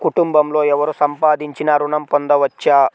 కుటుంబంలో ఎవరు సంపాదించినా ఋణం పొందవచ్చా?